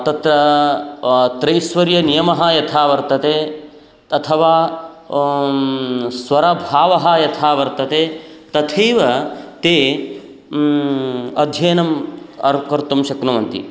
तत्र त्रैस्वर्यनियमः यथा वर्तते अथवा स्वरभावः यथा वर्तते तथैव ते अध्ययनम् अर्थात् कर्तुं शक्नुवन्ति